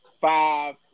five